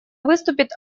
выступит